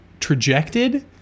trajected